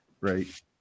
right